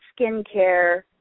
skincare